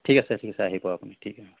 ঠিক আছে ঠিক আছে আহিব আপুনি ঠিক আছে